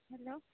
hello